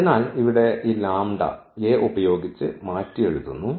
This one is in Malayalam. അതിനാൽ ഇവിടെ ഈ A ഉപയോഗിച്ച് മാറ്റിയെഴുതുന്നു